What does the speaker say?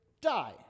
die